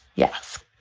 yes.